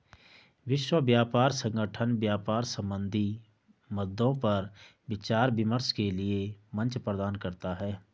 विश्व व्यापार संगठन व्यापार संबंधी मद्दों पर विचार विमर्श के लिये मंच प्रदान करता है